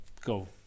go